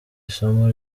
isomo